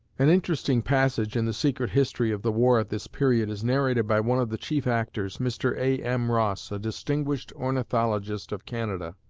an interesting passage in the secret history of the war at this period is narrated by one of the chief actors, mr. a m. ross, a distinguished ornithologist of canada,